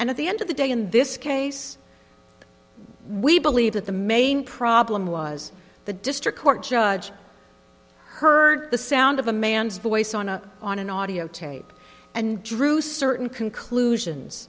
and at the end of the day in this case we believe that the main problem was the district court judge heard the sound of a man's voice on a on an audiotape and drew certain conclusions